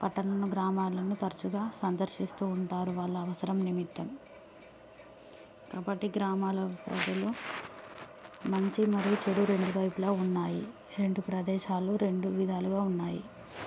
పట్టణమును గ్రామాలను తరచుగా సందర్శిస్తూ ఉంటారు వాళ్ళ అవసరం నిమిత్తం కాబట్టి గ్రామాల ప్రజలు మంచి మరియు చెడు రెండు వైపులా ఉన్నాయి రెండు ప్రదేశాలు రెండు విధాలుగా ఉన్నాయి